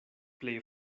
plej